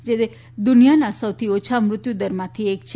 જે દુનિયાના સૌથી ઓછા મૃત્યુદરોમાંથી એક છે